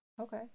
Okay